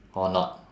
or not